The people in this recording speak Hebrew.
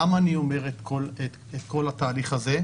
למה אני אומר את כל התהליך הזה?